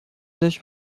داشت